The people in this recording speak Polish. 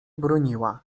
broniła